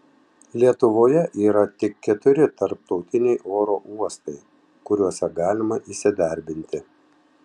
lietuvoje yra tik keturi tarptautiniai oro uostai kuriuose galima įsidarbinti